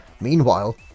Meanwhile